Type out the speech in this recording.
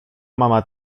mama